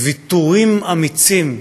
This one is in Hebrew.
"ויתורים אמיצים",